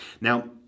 Now